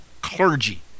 clergy